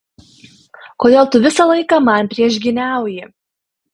kodėl tu visą laiką man priešgyniauji